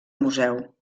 museu